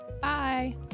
Bye